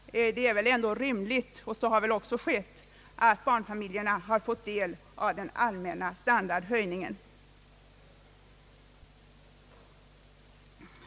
Det är väl ändå rimligt att barnfamiljerna — vilket också skett — fått del av den allmänna standardhöjningen.